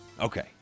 Okay